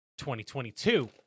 2022